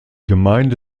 gemeinde